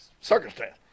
circumstance